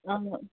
ꯑꯥ